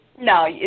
No